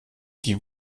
die